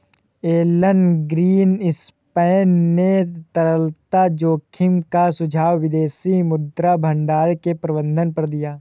Elon Greenspan ने तरलता जोखिम का सुझाव विदेशी मुद्रा भंडार के प्रबंधन पर दिया